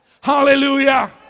Hallelujah